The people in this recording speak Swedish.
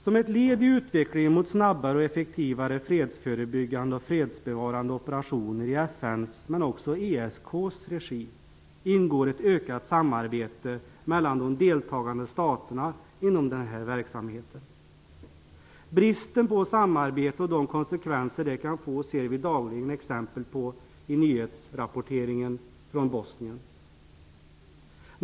Som ett led i utvecklingen mot snabbare och effektivare fredsförebyggande och fredsbevarande operationer i FN:s, men också i ESK:s, regi ingår ett ökat samarbete mellan de deltagande staterna inom denna verksamhet. Bristen på samarbete och de konsekvenser som det kan få ser vi dagligen exempel på i nyhetsrapporteringen från Bosnien.